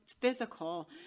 physical